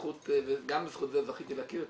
וגם בזכות זה זכיתי להכיר אתכם.